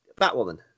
Batwoman